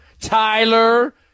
Tyler